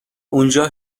اونجا